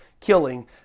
killing